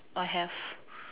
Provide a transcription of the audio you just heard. I have